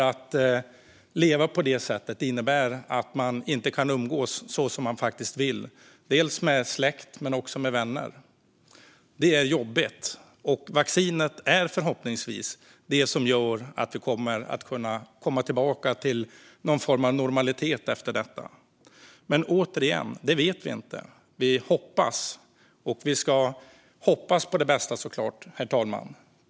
Att leva på det sättet innebär att man inte kan umgås så som man vill med släkt eller vänner. Det är jobbigt. Vaccinet är förhoppningsvis det som gör att vi kommer att kunna komma tillbaka till någon form av normalitet efter detta. Men återigen: Det vet vi inte. Vi hoppas, och vi ska såklart hoppas på det bästa, herr talman.